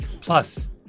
Plus